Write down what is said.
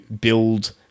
build